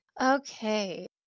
okay